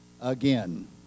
again